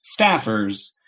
staffers